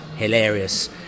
hilarious